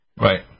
Right